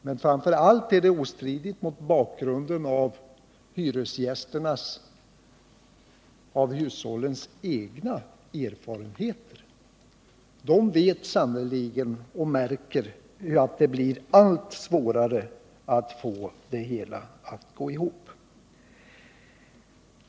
Men framför allt är det ostridigt mot bakgrund av hushållens egna erfarenheter. De märker sannerligen att det blir allt svårare att få det hela att gå ihop.